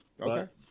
Okay